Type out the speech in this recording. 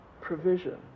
provision